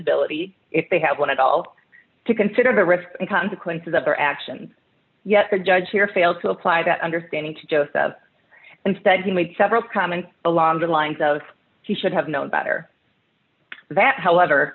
ability if they have one adult to consider the risks the consequences of their actions yet the judge here failed to apply that understanding to josep instead he made several comments along the lines of he should have known better that however